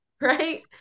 Right